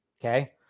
Okay